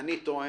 אני טוען,